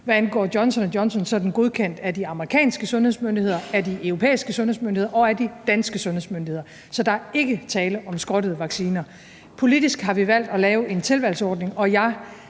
Hvad angår Johnson & Johnson, er den godkendt af de amerikanske sundhedsmyndigheder, af de europæiske sundhedsmyndigheder og af de danske sundhedsmyndigheder. Så der er ikke tale om skrottede vacciner. Politisk har vi valgt at lave en tilvalgsordning, og jeg